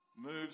moves